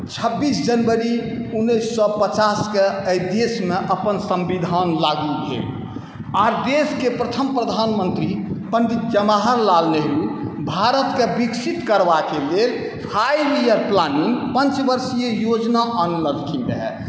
छब्बीस जनवरी उन्नैस सए पचासके एहि देशमे अपन संविधान लागू भेल आ देशके प्रथम प्रधानमन्त्री पण्डित जवाहर लाल नेहरू भारतके विकसित करबाके लेल फाइव इयर प्लानिंग पंचवर्षीय योजना अनलखिन रहै